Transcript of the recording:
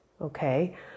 okay